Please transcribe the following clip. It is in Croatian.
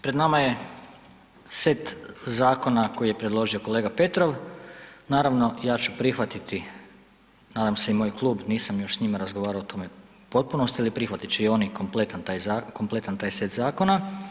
Pred nama je set zakona koje je predložio kolega Petrov, naravno ja ću prihvatiti nadam se i moj klub, nisam s njima još razgovarao o tome u potpunosti, ali prihvatit će i oni kompletan taj set zakona.